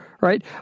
right